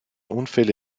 unfälle